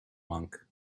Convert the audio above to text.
monk